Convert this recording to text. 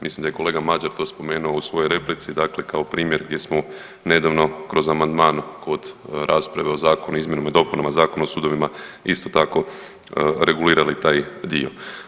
Mislim da je to kolega Mađar to spomenuo u svojoj replici, dakle kao primjer gdje smo nedavno kroz amandman kod rasprave o zakonu o izmjenama i dopunama Zakona o sudovima isto tako regulirali taj dio.